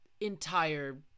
entire